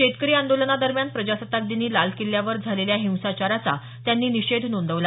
शेतकरी आंदोलनादरम्यान प्रजासत्ताक दिनी लाल किल्ल्यावर झालेल्या हिंसाचाराचा त्यांनी निषेध नोंदवला